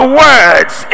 words